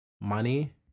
money